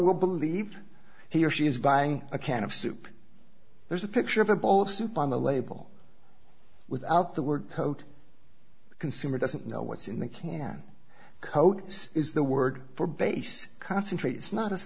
will believe he or she is buying a can of soup there's a picture of a bowl of soup on the label without the word coat the consumer doesn't know what's in the can coat is the word for bass concentrate it's not